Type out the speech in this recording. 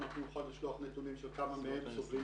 אנחנו נוכל לשלוח נתונים של כמה מהם סובלים